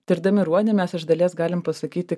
tirdami ruonį mes iš dalies galim pasakyti